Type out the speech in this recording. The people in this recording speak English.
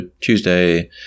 Tuesday